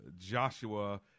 Joshua